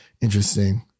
Interesting